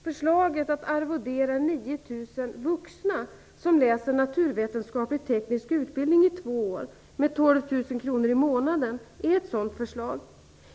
Förslaget att arvodera 9 000 vuxna som läser naturvetenskaplig/teknisk utbildning i två år med 12 000 kr i månaden är ett sådant förslag.